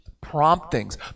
promptings